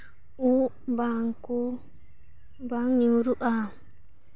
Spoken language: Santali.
ᱩᱯ ᱵᱟᱝᱠᱚ ᱵᱟᱝ ᱧᱩᱨᱩᱜᱼᱟ